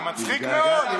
זה מצחיק מאוד.